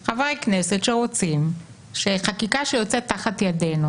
יש חברי כנסת שרוצים שחקיקה שיוצאת תחת ידינו